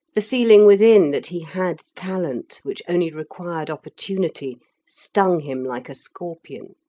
the feeling within that he had talent which only required opportunity stung him like a scorpion.